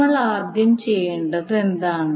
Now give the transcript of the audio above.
നമ്മൾ ആദ്യം ചെയ്യേണ്ടത് എന്താണ്